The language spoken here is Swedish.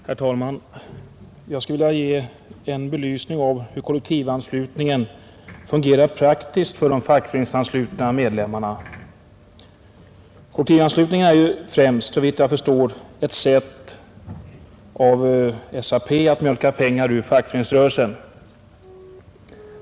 Herr talman! Jag skulle vilja ge en belysning av hur kollektivanslutningen fungerar praktiskt för de fackföreningsanslutna medlemmarna. Kollektivanslutningen är främst, såvitt jag förstår, ett sätt av SAP att mjölka pengar ur fackföreningsrörelsen.